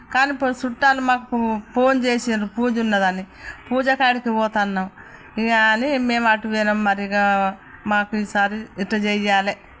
కానీ చుట్టాలు మాకు ఫోన్ చేశారు పూజ ఉన్నదని పూజకాడికి పోతున్నాము ఇంక అని మేము అటు పోయినాము మరి ఇంకా మాకు ఈ సారి ఇట్లా చెయ్యాలి